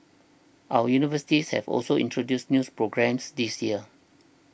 other universities have also introduced news programmes this year